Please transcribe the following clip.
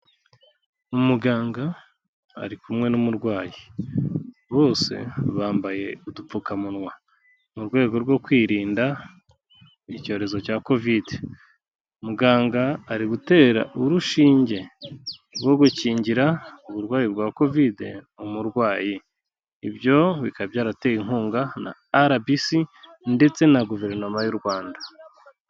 Umuganga ari kumwe n'umurwayi. Bose bambaye udupfukamunwa mu rwego rwo kwirinda icyorezo cya covid. Muganga ari gutera urushinge rwo gukingira uburwayi bwa covid umurwayi; ibyo bikaba byaratewe inkunga na RBC ndetse na Guverinoma y'u Rwanda.